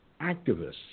activists